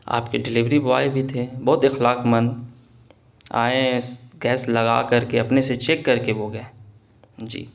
آپ کے delivery boy بھی تھے بہت اخلاق مند آئیں گیس لگا کر کے اپنے سے چیک کر کے وہ گئے جی